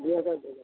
ଦୁଇ ହଜାର ଦେବ